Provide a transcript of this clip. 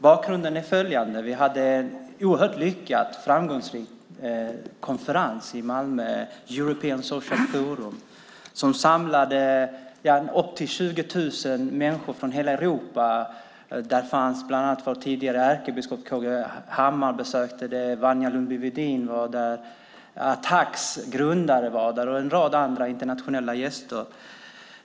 Bakgrunden är följande: Vi hade en lyckad och framgångsrik konferens i Malmö - European Social Forum. Den samlade upp till 20 000 människor från hela Europa. Bland andra var vår tidigare ärkebiskop K.G. Hammar, Wanja Lundby-Wedin, Attacs grundare och en rad andra internationella gäster där.